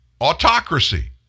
Autocracy